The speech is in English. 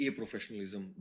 professionalism